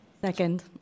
Second